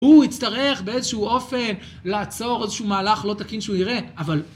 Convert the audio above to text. הוא יצטרך באיזשהו אופן לעצור איזשהו מהלך לא תקין שהוא יראה אבל